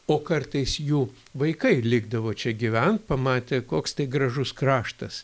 o kartais jų vaikai likdavo čia gyvent pamatę koks tai gražus kraštas